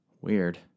Weird